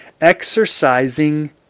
exercising